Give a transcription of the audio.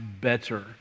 better